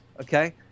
Okay